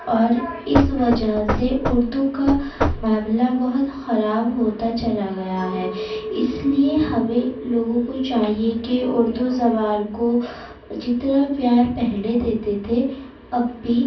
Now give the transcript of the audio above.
اور اس وجہ سے اردو کا معاملہ بہت خراب ہوتا چلا گیا ہے اس لیے ہمیں لوگوں کو چاہیے کہ اردو زبان کو جتنا پیار پہلے دیتے تھے اب بھی